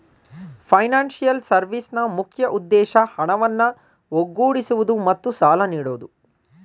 financial ಸರ್ವಿಸ್ನ ಮುಖ್ಯ ಉದ್ದೇಶ ಹಣವನ್ನು ಒಗ್ಗೂಡಿಸುವುದು ಮತ್ತು ಸಾಲ ನೀಡೋದು